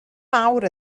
mawr